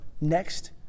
next